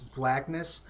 blackness